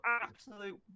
absolute